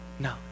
no